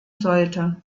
sollte